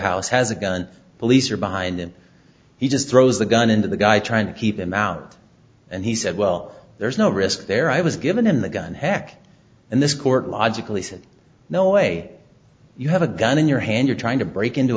house has a gun police are behind him he just throws the gun into the guy trying to keep him out and he said well there's no risk there i was given him the gun hack and this court logically said no way you have a gun in your hand you're trying to break into